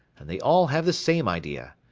and they all have the same idea.